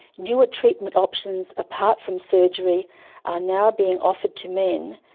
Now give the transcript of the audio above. newer treatment options, apart from surgery are now being offered to men,